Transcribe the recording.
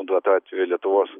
duotu atveju lietuvos